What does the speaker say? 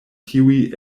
tiuj